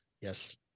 Yes